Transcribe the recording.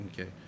Okay